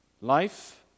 life